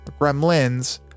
gremlins